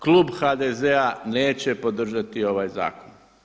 Klub HDZ-a neće podržati ovaj zakon.